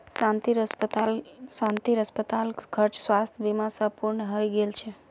शांतिर अस्पताल खर्च स्वास्थ बीमा स पूर्ण हइ गेल छ